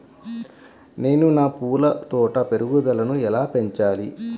నేను నా పూల తోట పెరుగుదలను ఎలా పెంచాలి?